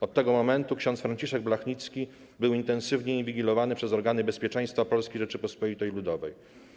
Od tego momentu ks. Franciszek Blachnicki był intensywnie inwigilowany przez organy bezpieczeństwa Polskiej Rzeczypospolitej Ludowej.